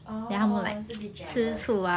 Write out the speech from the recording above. orh so they jealous